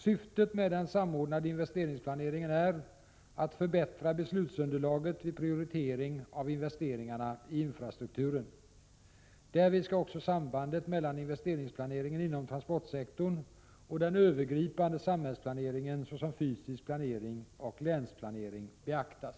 Syftet med den samordnade investeringsplaneringen är att förbättra beslutsunderlaget vid prioritering av investeringarna i infrastrukturen. Därvid skall också sambandet mellan investeringsplaneringen inom transportsektorn och den övergripande samhällsplaneringen såsom fysisk planering och länsplanering beaktas.